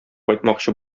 кайтмакчы